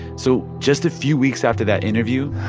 so just a few weeks after that interview.